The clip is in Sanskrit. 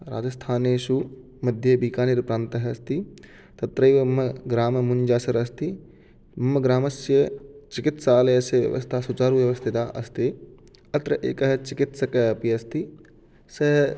राजस्थानेषु मध्ये बीकानेर् प्रान्तः अस्ति तत्रैव मम ग्रामः मुञ्जासर् अस्ति मम ग्रामस्य चिकित्सालयस्य व्यवस्था सुचारुव्यवस्थिता अस्ति अत्र एकः चिकित्सकः अपि अस्ति सः